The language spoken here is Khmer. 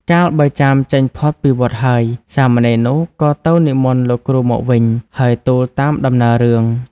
កាលបើចាមចេញផុតពីវត្តហើយ សាមណេរនោះក៏ទៅនិមន្តលោកគ្រូមកវិញ ហើយទូលតាមដំណើររឿង។